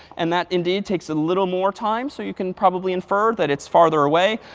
and that, indeed takes a little more time. so you can probably infer that it's farther away.